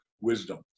wisdom